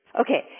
Okay